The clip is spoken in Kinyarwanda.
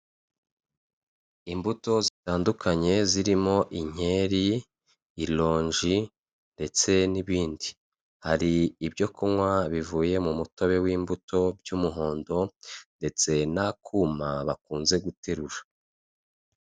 Imbuto zitandukanye zirimo inkeri, irongi ndetse n'ibindi, hari ibyo kunywa bivuye mu mutobe w'imbuto by'umuhondo ndetse n'akuma bakunze guterura.